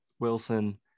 Wilson